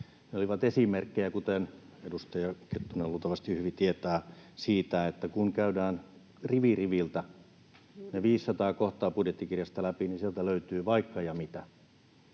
ne olivat esimerkkejä. Kuten edustaja Kettunen luultavasti hyvin tietää, kun käydään rivi riviltä ne 500 kohtaa budjettikirjasta läpi, niin sieltä löytyy vaikka ja mitä.